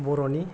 बर'नि